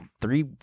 three